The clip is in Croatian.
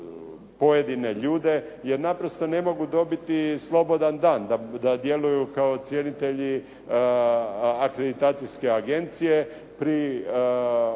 pojedine ljude jer naprosto ne mogu dobiti slobodan dan da djeluju kao ocjenitelji akreditacijske agencije pri